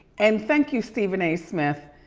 and thank you, stephen a. smith.